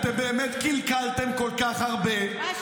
אתם באמת קלקלתם כל כך הרבה,